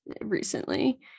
recently